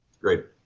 great